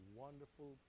wonderful